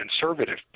conservative